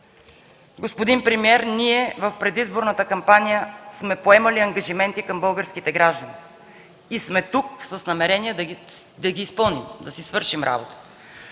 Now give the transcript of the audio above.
Господин премиер, ние в предизборната кампания сме поемали ангажименти към българските граждани и сме тук с намерения да ги изпълним, да си свършим работата.